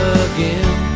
again